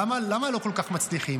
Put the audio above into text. למה לא כל כך מצליחים?